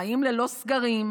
חיים ללא סגרים,